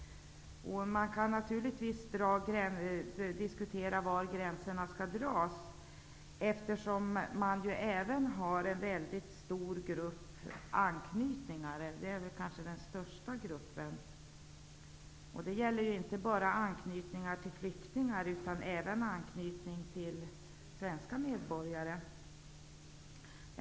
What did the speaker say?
Man kan naturligtvis diskutera var gränserna skall dras eftersom det även finns en stor grupp anknytningar -- det är kanske den största gruppen. Det gäller då inte bara anknytningar till flyktingar, utan även anknytning till svenska medborgare.